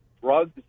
drugs